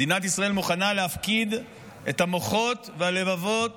מדינת ישראל מוכנה להפקיד את המוחות והלבבות